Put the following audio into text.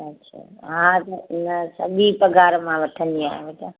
अच्छा हा न सॼी पघार मां वठंदी आहियां बेटा